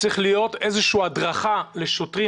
שצריכה להיות הדרכה לשוטרים,